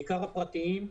בעיקר הפרטיים,